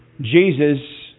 Jesus